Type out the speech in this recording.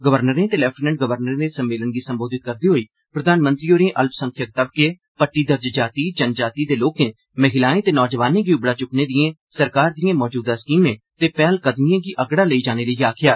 गवर्नरें ते लैफ्टिनेट गवर्नरें दे सम्मेलन गी सम्बोधित करदे होई प्रधानमंत्री होरें अल्पसंख्यक तबके पट्टीदर्ज जाति जनजाति दे लोकें महिलाए ते नौजवानें गी उबड़ा चुक्कने लेई सरकार दिए मौजूदा स्कीमें ते पैहल कदमीएं गी अगड़ा लेई जाने लेई आक्खेआ